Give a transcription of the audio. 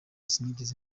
sinigeze